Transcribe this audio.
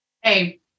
hey